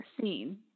seen